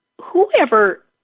whoever